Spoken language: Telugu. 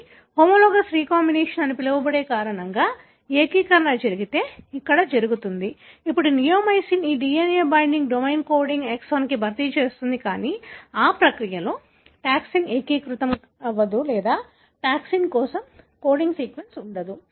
కానీ హోమోలాగస్ రీకాంబినేషన్ అని పిలవబడే కారణంగా ఏకీకరణ జరిగితే ఇక్కడ జరుగుతుంది ఇప్పుడు నియోమైసిన్ ఈ DNA బైండింగ్ డొమైన్ కోడింగ్ ఎక్సాన్ను భర్తీ చేస్తుంది కానీ ఆ ప్రక్రియలో టాక్సిన్ ఏకీకృతం అవ్వదు లేదా టాక్సిన్ కోసం కోడింగ్ సీక్వెన్స్ ఉండదు